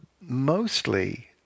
mostly